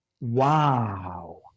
wow